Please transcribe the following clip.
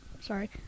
sorry